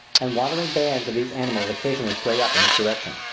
and wandering bands of these animals occasionally stray up in this direction.